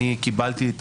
קיבלתי את